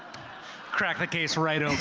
cracked the case right open.